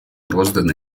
розданы